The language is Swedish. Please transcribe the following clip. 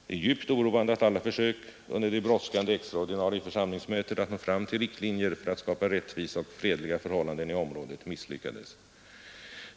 Det är djupt oroande att alla försök under det brådskande extraordinarie församlingsmötet att nå fram till riktlinjer för att skapa rättvisa och fredliga förhållanden i området misslyckades.